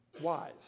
wise